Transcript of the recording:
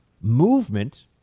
movement